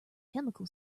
chemical